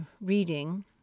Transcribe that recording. reading